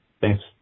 Thanks